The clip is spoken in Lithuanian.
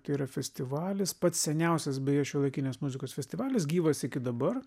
tai yra festivalis pats seniausias beje šiuolaikinės muzikos festivalis gyvas iki dabar